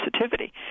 sensitivity